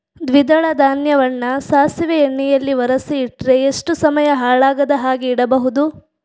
ದ್ವಿದಳ ಧಾನ್ಯವನ್ನ ಸಾಸಿವೆ ಎಣ್ಣೆಯಲ್ಲಿ ಒರಸಿ ಇಟ್ರೆ ಎಷ್ಟು ಸಮಯ ಹಾಳಾಗದ ಹಾಗೆ ಇಡಬಹುದು?